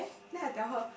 then I tell her